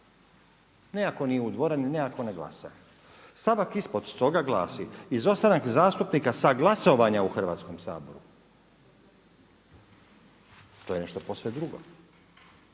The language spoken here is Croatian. ne ako nije u dvorani, ne ako ne glasa. Stavak ispod toga glasi, izostanak zastupnika sa glasovanja u Hrvatskom saboru. To je nešto posve drugo.